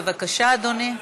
בבקשה, אדוני.